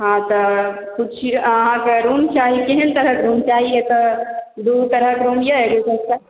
हॅं तऽ छी ठीक अहाँके रूम चाही केहेन तरहक रूम चाही एतय दुनू तरहक रूम यऽ एगो सस्ता